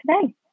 today